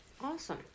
Awesome